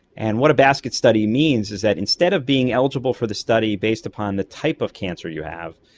and what a basket study means is that instead of being eligible for the study based upon the type of cancer you have,